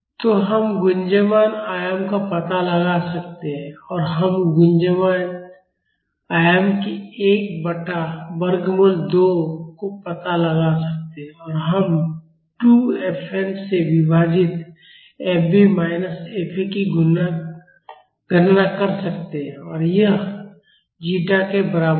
तो हम गुंजयमान आयाम का पता लगा सकते हैं और हम गुंजयमान आयाम के 1 बाटा वर्गमूल 2 का पता लगा सकते हैं और हम 2 fn से विभाजित fb माइनस fa की गणना कर सकते हैं और यह जीटा के बराबर होगा